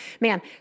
Man